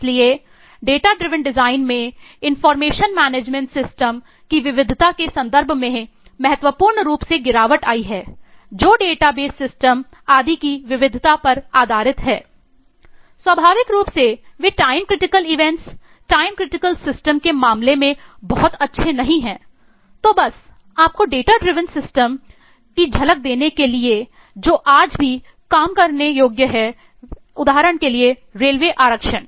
इसलिए data driven design की झलक देने के लिए जो आज भी काम करने योग्य है रेलवे आरक्षण